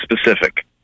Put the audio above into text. specific